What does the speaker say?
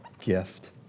gift